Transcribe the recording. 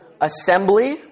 Assembly